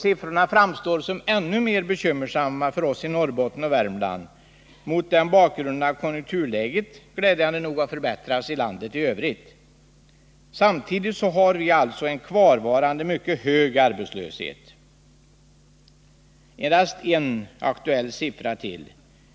Siffrorna framstår som ännu mer bekymmersamma för oss i Norrbotten och Värmland mot bakgrund av att konjunkturläget i landet i övrigt glädjande nog har förbättrats. Samtidigt har vi alltså en kvarvarande, mycket hög arbetslöshet. Endast ytterligare en aktuell siffra!